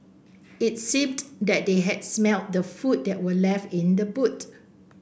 it seemed that they had smelt the food that were left in the boot